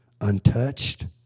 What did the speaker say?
untouched